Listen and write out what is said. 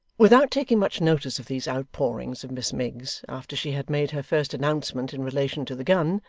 without taking much notice of these outpourings of miss miggs after she had made her first announcement in relation to the gun,